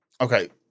okay